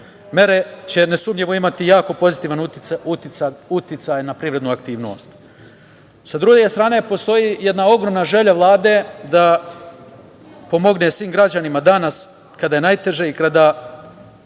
Mere će nesumnjivo imati jako pozitivan uticaj na privrednu aktivnost. Sa druge strane, postoji jedna ogromna želja Vlade da pomogne svim građanima danas kada je najteže i kada